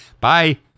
Bye